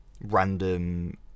random